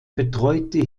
betreute